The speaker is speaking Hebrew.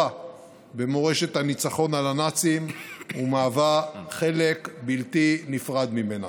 במורשת הניצחון על הנאצים ומהווה חלק בלתי נפרד ממנה.